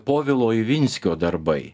povilo ivinskio darbai